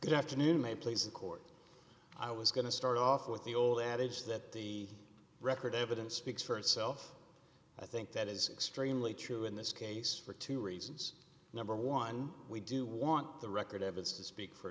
this afternoon my please the court i was going to start off with the old adage that the record evidence for itself i think that is extremely true in this case for two reasons number one we do want the record evidence to speak for